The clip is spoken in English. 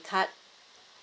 card